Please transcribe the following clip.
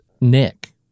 Nick